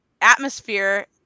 atmosphere